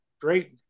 great